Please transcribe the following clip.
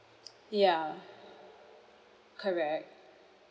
ya correct